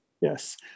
Yes